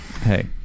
Hey